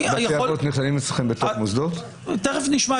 תיכף נשמע.